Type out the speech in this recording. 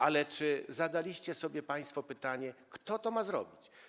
Ale czy zadaliście sobie państwo pytanie, kto to ma zrobić?